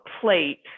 plate